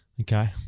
Okay